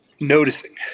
Noticing